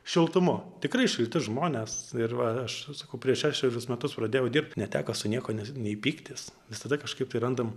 šiltumu tikrai šilti žmonės ir va aš sakau prieš šešerius metus pradėjau dirbt neteko su niekuo nes nei pyktis visada kažkaip tai randam